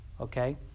Okay